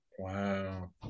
Wow